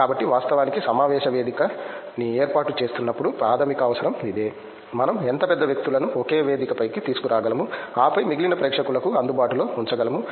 కాబట్టి వాస్తవానికి సమావేశ వేదిక ని ఏర్పాటు చేస్తున్నప్పుడు ప్రాధమిక అవసరం ఇదే మనం ఎంత పెద్ద వ్యక్తులను ఒకే వేదిక పైకి తీసుకురాగలము ఆపై మిగిలిన ప్రేక్షకులకు అందుబాటులో ఉంచగలము